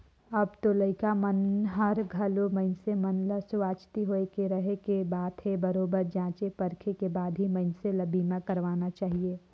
अब तो लइका मन हर घलो मइनसे मन ल सावाचेती होय के रहें के बात हे बरोबर जॉचे परखे के बाद ही मइनसे ल बीमा करवाना चाहिये